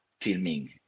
Filming